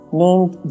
named